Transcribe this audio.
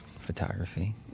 photography